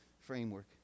framework